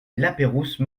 lapeyrouse